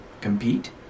compete